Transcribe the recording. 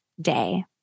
day